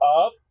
up